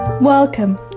Welcome